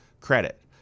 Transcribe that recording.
credit